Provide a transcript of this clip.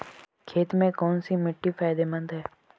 खेती में कौनसी मिट्टी फायदेमंद है?